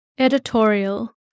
Editorial